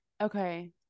Okay